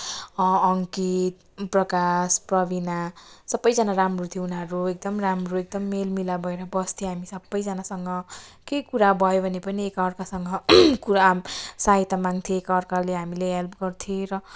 अङ्कित प्रकाश प्रवीणा सबैजना राम्रो थियो उनीहरू एकदम राम्रो एकदम मेल मिलाप भएर बस्थ्यो हामी सबैजनासँग के कुरा भयो भने पनि एक अर्कासँग कुरा सहायता माग्थेँ एक अर्काले हामीले हेल्प गर्थ्यो र